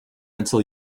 until